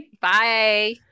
Bye